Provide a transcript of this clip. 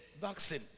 vaccine